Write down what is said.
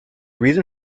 reason